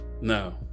No